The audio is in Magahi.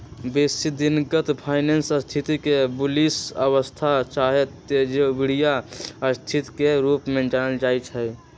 बेशी दिनगत फाइनेंस स्थिति के बुलिश अवस्था चाहे तेजड़िया स्थिति के रूप में जानल जाइ छइ